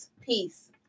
Peace